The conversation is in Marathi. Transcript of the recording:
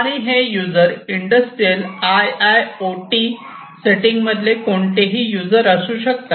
आणि हे user industrial I I OT setting मधले कोणतेही युजर असू शकतात